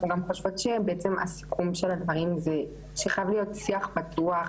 אנחנו גם חושבות בעצם שהסיכום של הדברים שחייב להיות שיח פתוח,